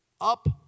up